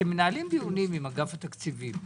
אתם מנהלים דיונים עם אגף התקציבים.